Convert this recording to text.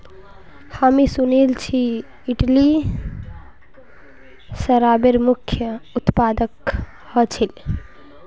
हामी सुनिल छि इटली शराबेर मुख्य उत्पादक ह छिले